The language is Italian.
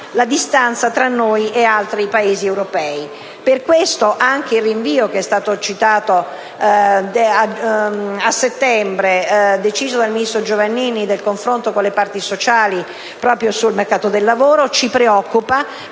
la distanza tra noi e altri Paesi europei. Per questo, anche il rinvio a settembre, che è stato citato, deciso dal ministro Giovannini del confronto con le parti sociali proprio sul mercato del lavoro ci preoccupa,